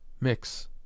Mix